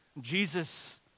Jesus